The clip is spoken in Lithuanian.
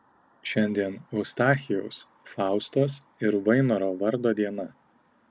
šiandien eustachijaus faustos ir vainoro vardo diena